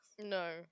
No